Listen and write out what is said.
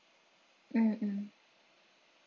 mm mm